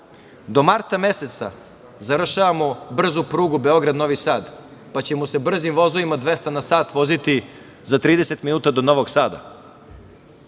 Do marta meseca završavamo brzu prugu Beograd – Novi Sad, pa ćemo sa brzim vozovima 200 na sat voziti za 30 minuta do Novog